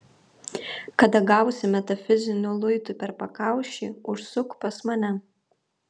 kada gausi metafiziniu luitu per pakaušį užsuk pas mane